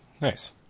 Nice